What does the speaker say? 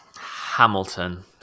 Hamilton